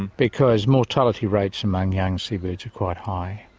and because mortality rates among young seabirds are quite high.